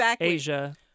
Asia